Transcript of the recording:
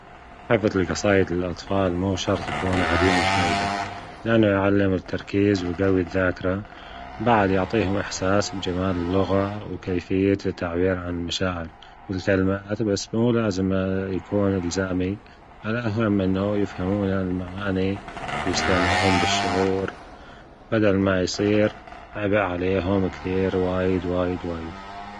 حفظ القصائد للأطفال مو شرط يكون عديم الفايدة، لأنه يعلم التركيز ويجوي الذاكرة، بعد يعطيهم إحساس بجمال اللغة وكيفية التعبير عن المشاعر والكلمات، بس مو لازم يكون إلزامي، الأهم أنهم يفهمون المعاني يسمتعون بالشعور بدل ما يصير عبء عليهم كثير وايد وايد وايد.